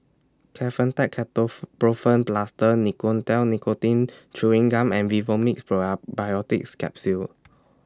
Kefentech Plaster Nicotinell Nicotine Chewing Gum and Vivomixx Capsule